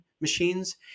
machines